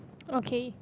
okay